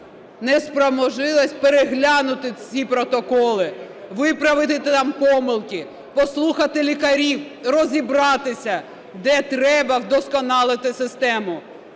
не спромоглася переглянути ці протоколи, виправити там помилки, послухати лікарів, розібратися, де треба вдосконалити систему.